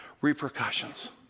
repercussions